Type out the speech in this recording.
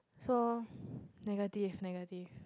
so negative negative